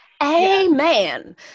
Amen